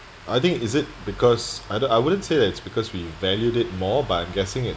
I think is it because I'd I wouldn't say that's because we valued it more but I'm guessing it